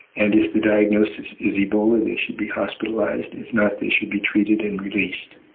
and if the diagnosis is ebola they should be hospitalised, if not they should be treated and released.